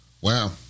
Wow